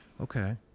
okay